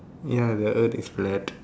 ya the earth is flat